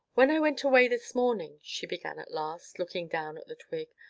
when i went away this morning, she began at last, looking down at the twig,